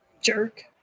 jerk